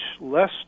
less